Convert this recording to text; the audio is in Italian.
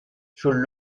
sul